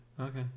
Okay